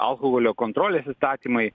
alkoholio kontrolės įstatymai